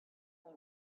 they